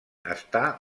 està